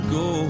go